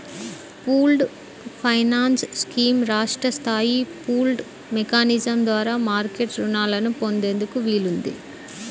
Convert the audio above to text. pooled finance scheme రాష్ట్ర స్థాయి pooled mechanism ద్వారా మార్కెట్ రుణాలను పొందేందుకు వీలుంది